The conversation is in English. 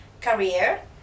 career